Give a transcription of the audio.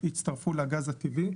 יצטרפו לגז הטבעי.